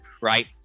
Right